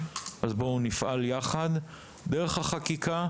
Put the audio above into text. אז בואו נפעל יחד דרך החקיקה,